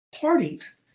parties